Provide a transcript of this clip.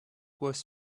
was